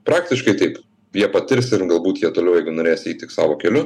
praktiškai taip jie patirs ir galbūt jie toliau jeigu norės eit tik savo keliu